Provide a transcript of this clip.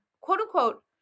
quote-unquote